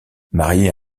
mariée